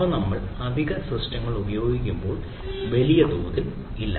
അവ നമ്മൾ അധിക സിസ്റ്റങ്ങൾ ഉപയോഗിക്കുമ്പോൾ വലിയ തോതിൽ ഇല്ല